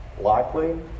Likely